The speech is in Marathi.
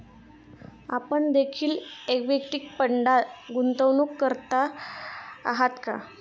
आपण देखील इक्विटी फंडात गुंतवणूक करत आहात का?